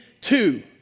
two